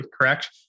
Correct